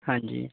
ਹਾਂਜੀ